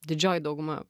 didžioji dauguma